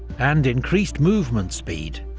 and increased movement speed,